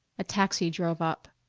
a taxi drove up.